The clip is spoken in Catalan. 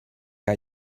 que